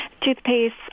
toothpaste